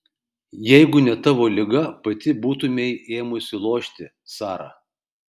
jeigu ne tavo liga pati būtumei ėmusi lošti sara